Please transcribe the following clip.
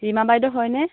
ৰীমা বাইদেউ হয়নে